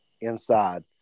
inside